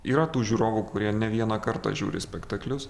yra tų žiūrovų kurie ne vieną kartą žiūri spektaklius